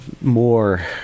more